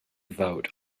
vote